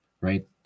right